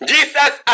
Jesus